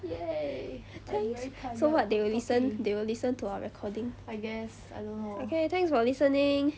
thanks so what they will listen they will listen to our recording okay thanks for listening